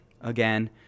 again